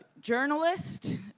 journalist